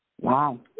wow